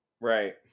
right